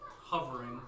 hovering